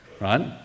right